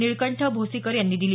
निळकंठ भोसीकर यांनी दिली